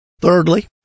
Thirdly